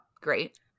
Great